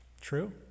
True